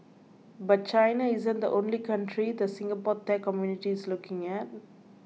but China isn't the only country the Singapore tech community is looking at